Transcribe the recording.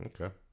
okay